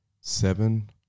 seven